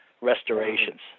restorations